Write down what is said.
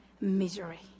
misery